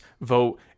vote